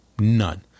None